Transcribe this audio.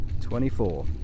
Twenty-four